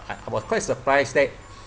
I I was quite surprised that